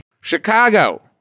Chicago